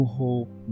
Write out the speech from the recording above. hope